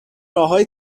راههای